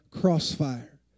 crossfire